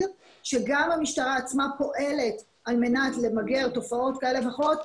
שגם המשטרה עצמה פועלת על מנת למגר תופעות כאלה ואחרות,